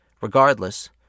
Regardless